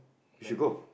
we should go